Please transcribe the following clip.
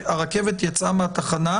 שהרכבת יצאה מהתחנה,